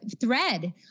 thread